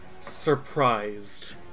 surprised